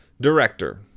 Director